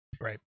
Right